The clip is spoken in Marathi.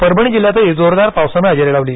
परभणी जिल्ह्यातही जोरदार पावसानं हजेरी लावली